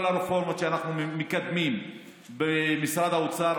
כל הרפורמות שאנחנו מקדמים במשרד האוצר,